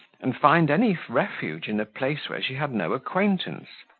and find any refuge in a place where she had no acquaintance,